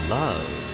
love